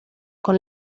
con